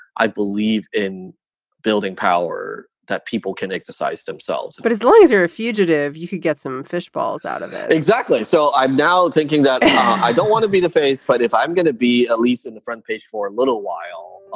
i believe, in building power that people can exercise themselves. but as long as you're a fugitive, you could get some fish balls out of it. exactly. so i'm now thinking that i don't want to be the face, but if i'm going to be at least in the front page for a little while,